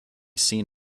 seen